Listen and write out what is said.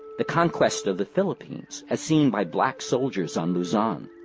the conquest of the philippines as seen by black soldiers on luzon,